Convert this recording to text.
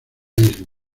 isla